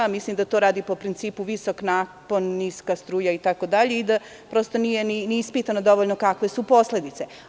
Mislim da to radi po principu – visok napon, niska struja itd. i da prosto nije ni ispitano dovoljno kakve su posledice.